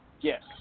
Yes